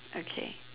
okay